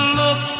look